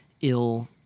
ill